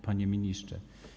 Panie Ministrze!